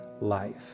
life